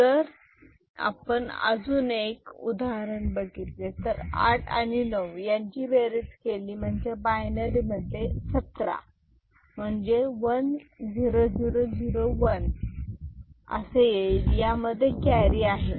जर आपण अजून एक उदाहरण बघितले तर आठ आणि नऊ यांची बेरीज केली म्हणजे बायनरी मध्ये सतरा म्हणजे 1 0 0 0 1 यामध्ये कॅरी आहे